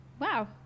Wow